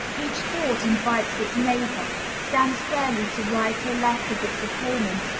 each thought invites its neighbor, stands fairly to right or left of its opponent,